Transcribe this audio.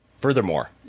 Furthermore